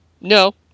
no